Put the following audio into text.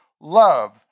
Love